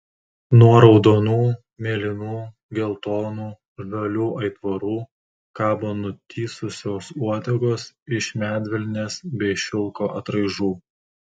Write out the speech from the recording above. nuo raudonų mėlynų geltonų žalių aitvarų kabo nutįsusios uodegos iš medvilnės bei šilko atraižų